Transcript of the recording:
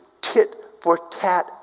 tit-for-tat